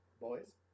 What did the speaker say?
Boys